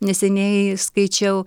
neseniai skaičiau